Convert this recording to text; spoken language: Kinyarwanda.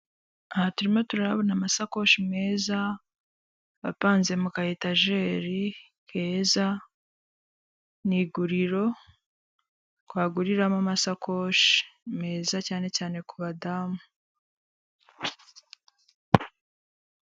Aha turimo turahabona amasakoshi meza apanze ka etajeri keza ni iguriro twaguriramo amasakoshi meza cyane cyane ku badamu.